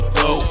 go